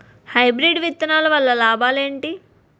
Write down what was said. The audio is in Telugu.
హైబ్రిడ్ విత్తనాలు వల్ల లాభాలు ఏంటి?